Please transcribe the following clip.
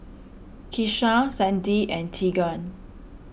Keisha Sandi and Teagan